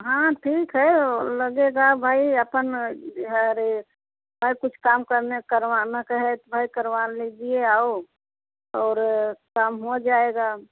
हाँ ठीक है वह लगेगा भाई अपन अरे अरे कुछ काम करने करवाना का है तो भाई करवा लीजिए आओ और काम हो जाएगा